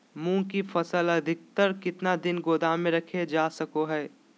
मूंग की फसल अधिकतम कितना दिन गोदाम में रखे जा सको हय?